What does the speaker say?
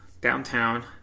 Downtown